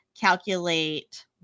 calculate